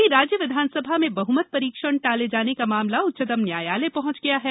वहीं राज्य विधानसभा में बहुमत परीक्षण टाले जाने का मामला उच्चतम न्यायालय पहुंच गया है